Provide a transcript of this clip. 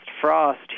frost